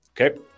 Okay